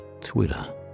Twitter